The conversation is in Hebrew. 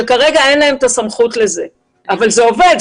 שכרגע אין להם את הסמכות לכך אבל זה עובד.